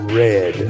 red